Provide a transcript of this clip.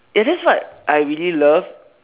ya that's what I really love